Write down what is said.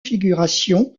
figuration